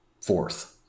fourth